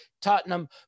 Tottenham